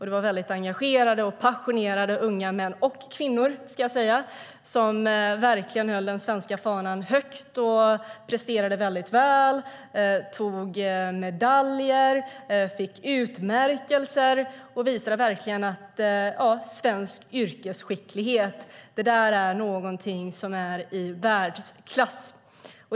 Det var väldigt engagerade och passionerade unga män och kvinnor som verkligen höll den svenska fanan högt och presterade väl. De tog medaljer och fick utmärkelser och visade verkligen att svensk yrkesskicklighet är något i världsklass.